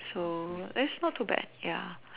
so that's not too bad ya